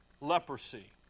leprosy